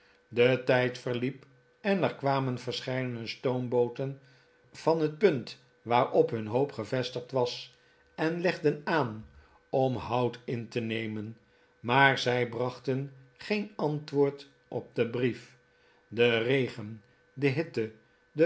de tijd verliep en er kwamen verscheidene stoombooten van het punt waarop hun hoop gevestigd was en legden aan om hout in te nemen maar zij brachten geen antwoord op den brief de regen de hitte de